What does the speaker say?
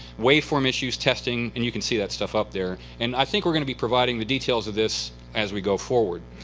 waveform issues testing and you can see that stuff up there. and i think we're going to be providing the details of this as we go forward.